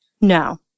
No